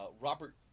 Robert